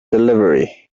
delivery